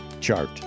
chart